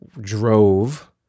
drove